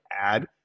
add